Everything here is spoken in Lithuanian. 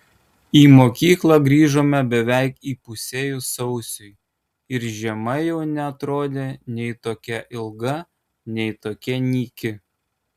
į mokyklą grįžome beveik įpusėjus sausiui ir žiema jau nebeatrodė nei tokia ilga nei tokia nyki